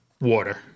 Water